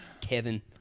Kevin